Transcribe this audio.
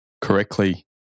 correctly